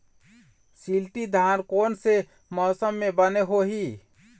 शिल्टी धान कोन से मौसम मे बने होही?